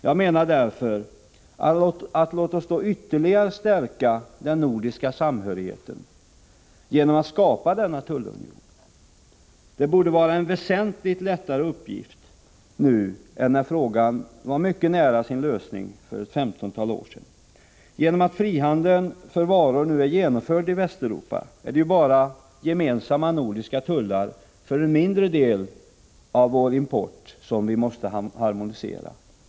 Jag menar därför att vi då ytterligare bör stärka den nordiska samhörigheten genom att skapa denna tullunion. Det borde vara en väsentligt lättare uppgift nu än när frågan var mycket nära sin lösning för ett femtontal år sedan. Genom att frihandeln för varor nu är genomförd i Västeuropa är det ju bara gemensamma nordiska tullar för en mindre del av vår import som vi måste harmonisera.